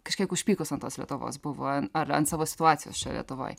kažkiek užpykus ant tos lietuvos buvo ar ant savo situacijos čia lietuvoj